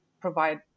provide